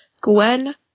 Gwen